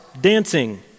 dancing